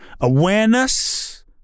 Awareness